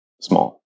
small